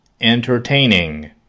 entertaining